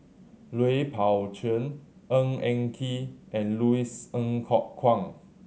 Lui Pao Chuen Ng Eng Kee and Louis Ng Kok Kwang